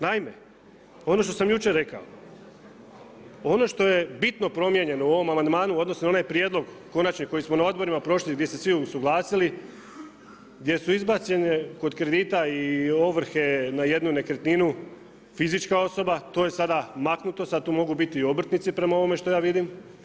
Naime, ono što sam jučer rekao, ono što je bitno promijenjeno u ovom amandmanu u odnosu na onaj prijedlog konačni koji smo na odborima prošli gdje su se svi usuglasili, gdje su izbačene kod kredita i ovrhe na jednu nekretninu, fizička osoba, to je sada maknuto, sada tu mogu biti i obrtnici prema ovome što ja vidim.